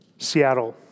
Seattle